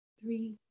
three